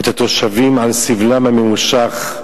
את התושבים על סבלם הממושך,